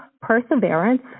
perseverance